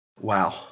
Wow